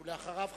ואחריו,